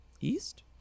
east